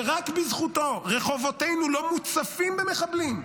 ורק בזכותו רחובותינו לא מוצפים במחבלים.